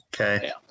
okay